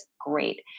great